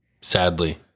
Sadly